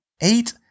eight